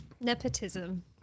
nepotism